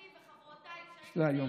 אני וחברותיי, כשהיינו צעירות,